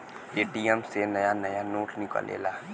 ATM से नया नया नोट निकलेला